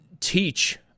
teach